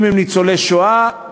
אם הם ניצולי שואה,